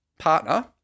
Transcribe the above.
Partner